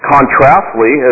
Contrastly